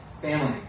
family